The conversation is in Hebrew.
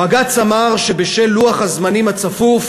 בג"ץ אמר שבשל לוח הזמנים הצפוף,